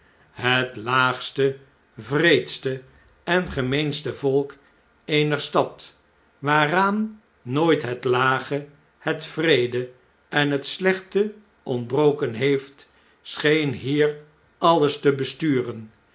vonnisden hetlaagste wreedste en gemeenste volk eener stad waaraan nooit het lage het wreede en het slechteontbroken heeft scheen hier alles te besturen